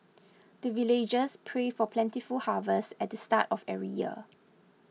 the villagers pray for plentiful harvest at the start of every year